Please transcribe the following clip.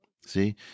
See